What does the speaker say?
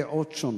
דעות שונות,